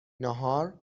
ناهار